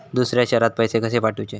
दुसऱ्या शहरात पैसे कसे पाठवूचे?